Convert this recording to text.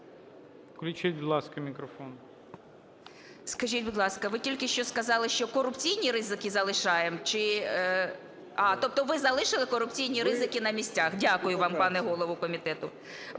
ви тільки що сказали, що корупційні ризики залишаємо чи... А, тобто ви залишили корупційні ризики на місцях. Дякую вам, пане голово комітету.